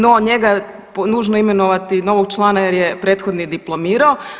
No njega, nužno je imenovati novog člana jer je prethodni diplomirao.